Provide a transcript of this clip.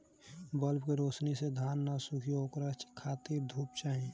bulb के रौशनी से धान न सुखी ओकरा खातिर धूप चाही